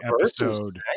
episode